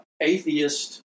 atheist